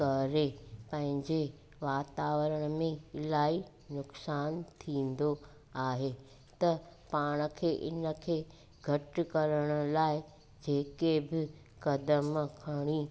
करे पंहिंजे वातावरण में इलाही नुक़सान थींदो आहे त पाण खे इनखे घटि करण लाइ जेके बि क़दमु खणी